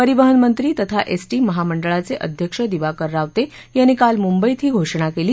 परिवहन मंत्री तथा एसटी महामंडळाचे अध्यक्ष दिवाकर रावते यांनी काल मुंबईत ही घोषणा केली